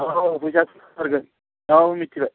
औ फैसा औ मिन्थिबाय